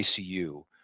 ICU